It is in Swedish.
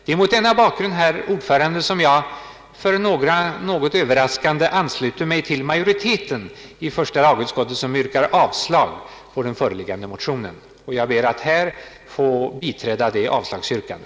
Det är mot denna bakgrund, herr talman, som jag — för några kanske något överraskande — ansluter mig till majoriteten i första lagutskottet, som yrkar avslag på den föreliggande motionen. Jag ber att få biträda detta avslagsyrkande.